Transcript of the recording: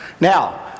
now